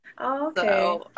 okay